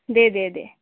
দে দে দে